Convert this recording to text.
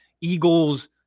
Eagles